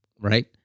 right